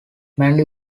mandy